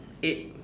ape